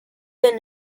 been